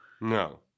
No